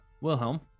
Wilhelm